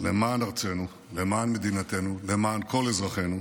למען ארצנו, למען מדינתנו, למען כל אזרחינו,